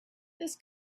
this